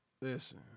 Listen